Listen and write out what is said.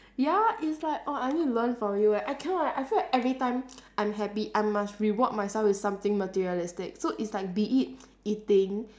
ya it's like oh I need to learn from you eh I cannot leh I feel like every time I'm happy I must reward myself with something materialistic so it's like be it eating